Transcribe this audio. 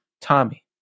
Tommy